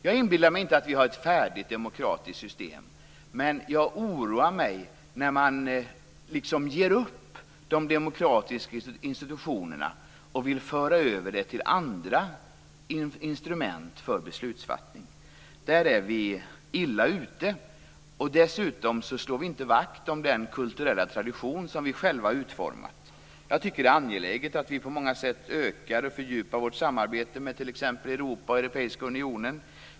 Jag inbillar mig inte att vi har ett färdigt demokratiskt system, men jag oroar mig när man liksom ger upp de demokratiska institutionerna och vill föra över dessa frågor till andra instrument för beslutsfattande. Då är man illa ute. Dessutom slår man inte vakt om den kulturella tradition som vi själva har utformat. Jag tycker att det är angeläget att vi på många sätt ökar och fördjupar vårt samarbete med t.ex. Europa och den europeiska unionen.